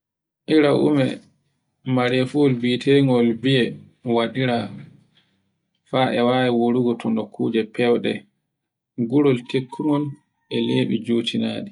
Ɓira ume mare fuwol bitengol biye waɗira fa'I wayewawiyegol kuje fewɗe ngure tekkongol e nyebu jutenaɗi